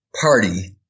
party